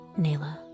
Nayla